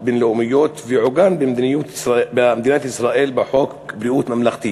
בין-לאומיות ועוגנה במדינת ישראל בחוק ביטוח בריאות ממלכתי